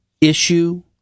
issue